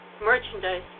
merchandise